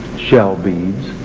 shell beads,